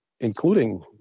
including